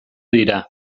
dira